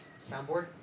soundboard